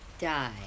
die